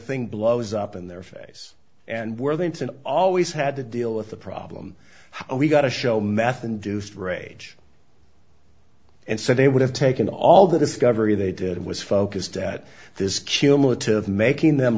thing blows up in their face and we're going to always had to deal with the problem how we got to show meth induced rage and so they would have taken all the discovery they did was focused at this cumulative making them